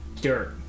dirt